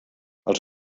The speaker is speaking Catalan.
els